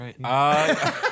right